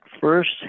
first